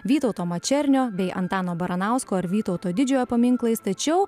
vytauto mačernio bei antano baranausko ir vytauto didžiojo paminklais tačiau